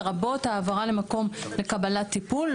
לרבות העברה למקום לקבלת טיפול,